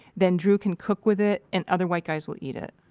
then, drew can cook with it and other white guys will eat it?